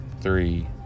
three